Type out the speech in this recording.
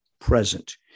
present